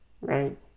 right